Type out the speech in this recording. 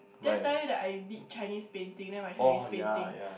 did I tell you that I did Chinese painting then my Chinese painting